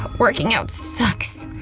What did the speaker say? working out sucks.